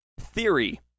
theory